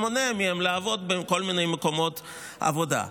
מונע מהם לעבוד בכל מיני מקומות עבודה.